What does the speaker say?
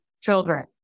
children